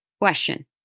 question